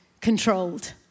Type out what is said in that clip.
controlled